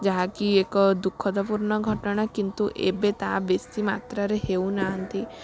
ଯାହାକି ଏକ ଦୁଃଖଦପୂର୍ଣ୍ଣ ଘଟଣା କିନ୍ତୁ ଏବେ ତା ବେଶୀ ମାତ୍ରରେ ହେଉନାହାଁନ୍ତି